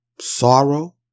sorrow